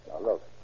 Look